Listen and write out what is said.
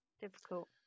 Difficult